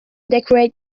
decorate